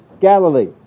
Galilee